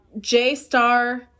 J-Star